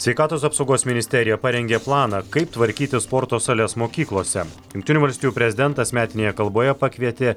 sveikatos apsaugos ministerija parengė planą kaip tvarkyti sporto sales mokyklose jungtinių valstijų prezidentas metinėje kalboje pakvietė